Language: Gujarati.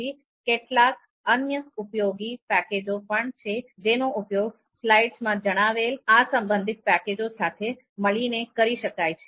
તે પછી કેટલાક અન્ય ઉપયોગી પેકેજો પણ છે જેનો ઉપયોગ સ્લાઇડ્સમાં જણાવેલ આ સંબંધિત પેકેજો સાથે મળીને કરી શકાય છે